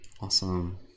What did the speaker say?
awesome